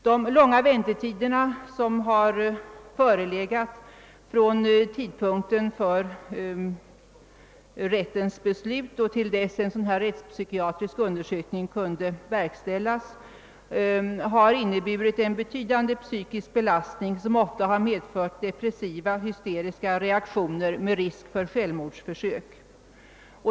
De långa väntetiderna mellan rättens beslut och till dess en sådan här rättspsykiatrisk undersökning kunnat verkställas har inneburit en betydande psykisk belastning, som ofta medfört depressiva hysteriska reaktioner med risk för självmordsförsök.